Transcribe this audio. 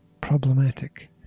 problematic